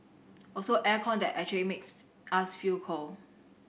also air con that actually makes us feel cold